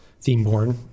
Themeborn